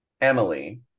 Emily